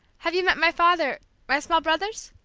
have you met my father my small brothers?